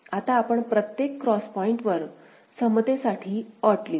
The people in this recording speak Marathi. आता प्रत्येक क्रॉस पॉईंटवर आपण समतेसाठी अट लिहू